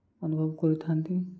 ଅନୁଭବ କରିଥାନ୍ତି